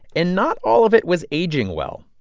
and not all of it was aging well.